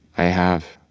i have.